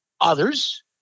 others